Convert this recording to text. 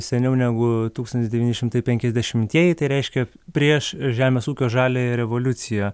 seniau negu tūkstantis devyni šimtai penkiasdešimtieji tai reiškia prieš žemės ūkio žaliąją revoliuciją